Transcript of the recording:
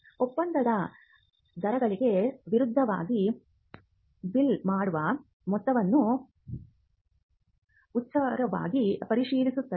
ಒಪ್ಪಂದದ ದರಗಳಿಗೆ ವಿರುದ್ಧವಾಗಿ ಬಿಲ್ ಮಾಡಿದ ಮೊತ್ತವನ್ನು ಉಸ್ತುವಾರಿ ಪರಿಶೀಲಿಸುತ್ತದೆ